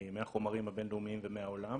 מהחומרים הבינלאומיים ומהעולם.